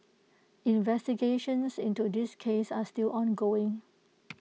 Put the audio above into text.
investigations into this case are still ongoing